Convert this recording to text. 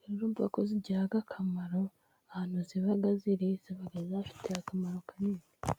zirumva ko zigira akamaro, ahantu iba iri iba ifite akamaro kanini.